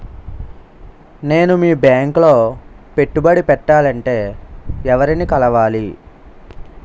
నేను మీ బ్యాంక్ లో పెట్టుబడి పెట్టాలంటే ఎవరిని కలవాలి?